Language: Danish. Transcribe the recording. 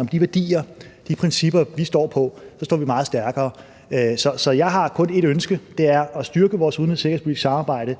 om de værdier og de principper, vi står på, så står vi meget stærkere. Så jeg har kun et ønske, og det er at styrke vores udenrigs- og sikkerhedspolitiske samarbejde,